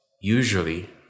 usually